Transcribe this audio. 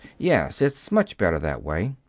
yes it's much better that way.